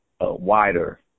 wider